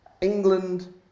England